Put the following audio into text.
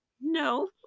No